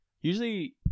Usually